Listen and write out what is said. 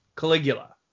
caligula